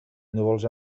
núvols